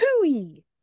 hooey